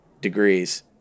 degrees